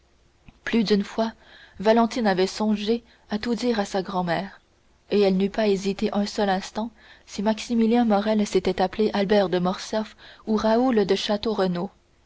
plus d'une fois valentine avait songé à tout dire à sa grand-mère et elle n'eût pas hésité un seul instant si maximilien morrel s'était appelé albert de morcerf ou raoul de